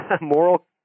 moral